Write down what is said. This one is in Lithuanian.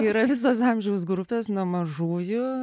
yra visos amžiaus grupes nuo mažųjų